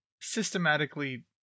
systematically